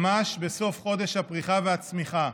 ממש בסוף חודש הפריחה והצמיחה,